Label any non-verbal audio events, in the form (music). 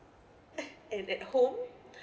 (laughs) and at home